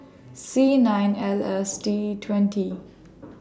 C nine L S D twenty